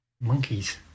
Monkeys